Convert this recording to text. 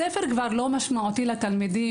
הספר כבר לא משמעותי לתלמידים.